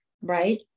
right